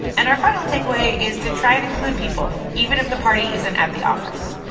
and our final takeaway is to try and include people even if the party isn't at the office